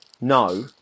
no